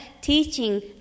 teaching